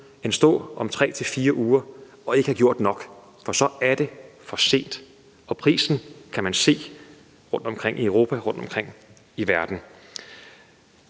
vil stå om 3-4 uger og ikke have gjort nok, for så er det for sent, og prisen kan man se rundtomkring i Europa og rundtomkring i verden.